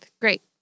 Great